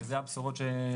ואלה הבשורות.